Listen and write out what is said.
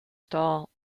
stall